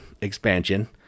expansion